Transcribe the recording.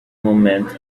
movement